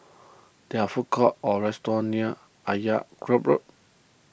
there are food courts or restaurants near Road